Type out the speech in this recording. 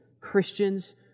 Christians